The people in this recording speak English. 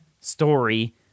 story